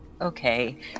okay